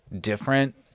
different